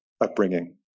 upbringing